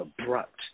abrupt